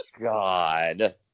God